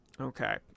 Okay